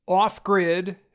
Off-grid